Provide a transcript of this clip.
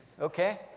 okay